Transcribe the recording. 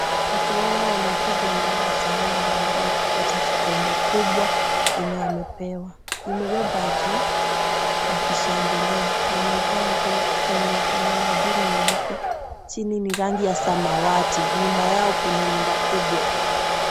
Watu hawa wanapiga nduru sana baada ya kupata kikombe kubwa yenye wamepewa ,imebebwa juu wakishangilia ,wamevaa nguo yenye inafanana juu ni nyeupe chini ni samawati, nyuma yao kuna nyumba kubwa.